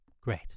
Great